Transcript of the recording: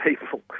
people